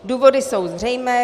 Důvody jsou zřejmé.